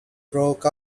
broke